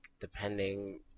depending